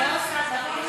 תעבור לסעיף הבא.